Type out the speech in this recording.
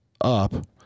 up